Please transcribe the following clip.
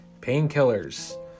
painkillers